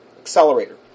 accelerator